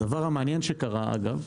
הדבר המעניין שקרה, אגב,